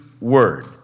word